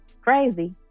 crazy